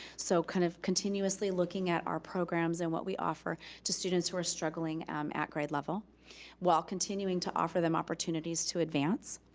so kinda kind of continuously looking at our programs and what we offer to students who are struggling um at grade level while continuing to offer them opportunities to advance.